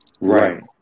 Right